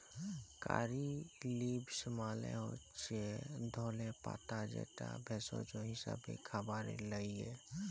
কারী leaves মালে হচ্যে ধলে পাতা যেটা ভেষজ হিসেবে খাবারে লাগ্যে